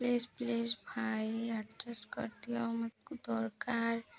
please please ଭାଇ adjust କରିଦିଅ ମତେ ଦରକାର